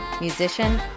musician